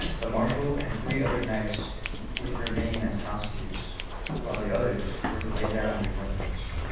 the marshal and three other knights which remain asked hostages while the others were to lay down their weapons